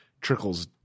trickles